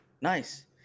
Nice